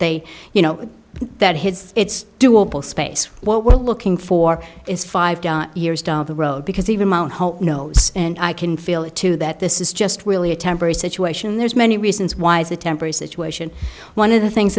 they you know that his it's doable space what we're looking for is five years down the road because even my own home knows and i can feel it too that this is just really a temporary situation there's many reasons why is a temporary situation one of the things